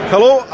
Hello